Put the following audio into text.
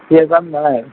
theatre নাই